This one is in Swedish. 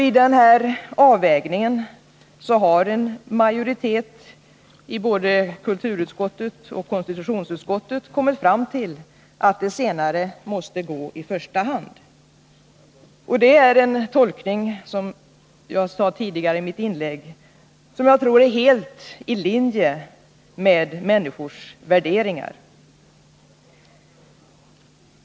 I denna avvägning har en majoritet i både kulturutskottet och konstitutionsutskottet kommit fram till att det senare måste få företräde. Som jag sade tidigare är detta en tolkning som jag tror är helt i linje med människors värderingar.